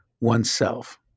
oneself